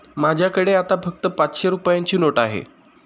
माझ्याकडे आता फक्त पाचशे रुपयांची नोट आहे